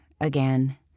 again